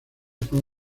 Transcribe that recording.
fama